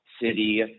city